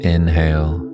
Inhale